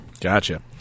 Gotcha